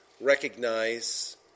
recognize